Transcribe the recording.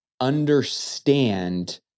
understand